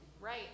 right